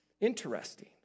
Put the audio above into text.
interesting